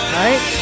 right